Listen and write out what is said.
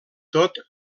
tot